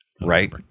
Right